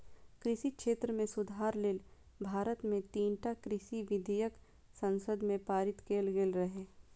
कृषि क्षेत्र मे सुधार लेल भारत मे तीनटा कृषि विधेयक संसद मे पारित कैल गेल रहै